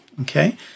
okay